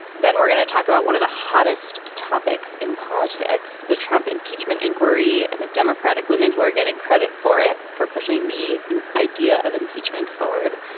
then we're going to talk about one of the hottest topics in politics. the trump impeachment inquiry and the democratic women who are getting credit for it for pushing the idea of impeachment forward.